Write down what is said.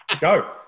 Go